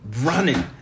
running